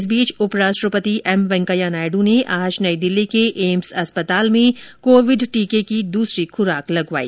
इस बीच उपराष्ट्रपति एम वैंकेया नायडू ने आज नई दिल्ली के एम्स अस्पताल में कोविड टीके की दूसरी खुराक लगवाई